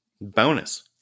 Bonus